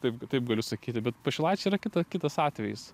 taip taip galiu sakyti bet pašilaičiai yra kita kitas atvejis